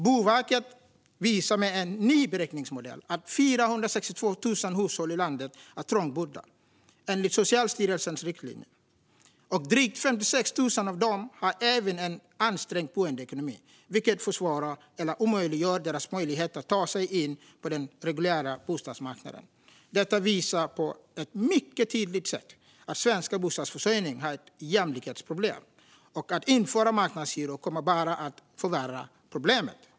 Boverket visar med en ny beräkningsmodell att 462 000 hushåll i landet är trångbodda, enligt Socialstyrelsens riktlinjer, och att drygt 56 000 av dem även har en ansträngd boendeekonomi, vilket försvårar eller omöjliggör deras möjligheter att ta sig in på den reguljära bostadsmarknaden. Detta visar på ett mycket tydligt sätt att svensk bostadsförsörjning har ett jämlikhetsproblem. Att införa marknadshyror kommer bara att förvärra problemet.